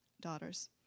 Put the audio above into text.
daughters